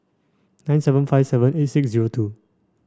nine seven five seven eight six zero two